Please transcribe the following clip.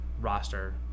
roster